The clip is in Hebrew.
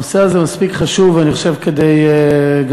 אני חושב שהנושא הזה מספיק חשוב כדי,